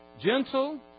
gentle